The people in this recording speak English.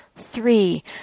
three